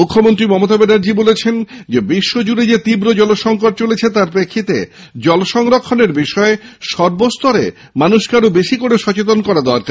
মুখ্যমন্ত্রী মমতা ব্যানার্জী বলেছেন বিশ্বজুড়ে যে তীব্র জলসঙ্কট চলেছে তার প্রেক্ষিতে জল সংরক্ষণের বিষয়ে সর্বস্তরে সচেতনতা গড়ে তোলা দরকার